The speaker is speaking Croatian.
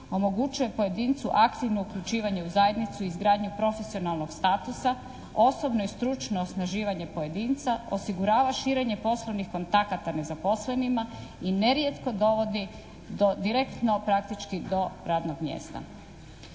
omogućuje pojedincu aktivno uključivanje u zajednicu i izgradnju profesionalnog statusa, osobno i stručno osnaživanje pojedinca, osigurava širenje poslovnih kontakata nezaposlenima i nerijetko dovodi do direktno praktički do radnog mjesta.